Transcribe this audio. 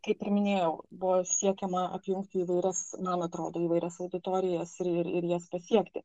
kaip ir minėjau buvo siekiama apjungti įvairias man atrodo įvairias auditorijas ir ir jas pasiekti